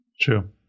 True